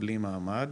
בלי מעמד,